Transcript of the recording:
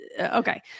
okay